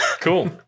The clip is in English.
cool